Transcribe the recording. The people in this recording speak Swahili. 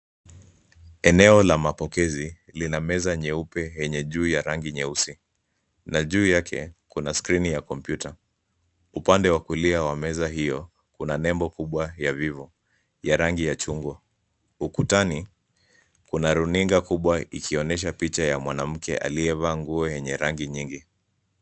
Eneo la mapokezi lina meza nyeupe enye juu ya rangi nyeusi na juu yake kuna skrini ya kompyuta. Upande wa kulia wa meza hio kuna nembo kubwa ya Vivo ya rangi ya chungwa. Ukutani kuna runinga kubwa ikionyesha picha ya mwanamke aliyevaa nguo yenye rangi nyingi.